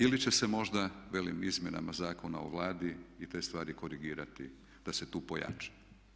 Ili će se možda velim izmjenama Zakona o Vladi i te stvari korigirati da se tu pojača.